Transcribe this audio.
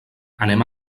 anem